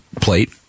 plate